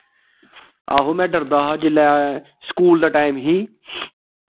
आहो में डरदा हा जिसलै स्कूल दा टाईम ही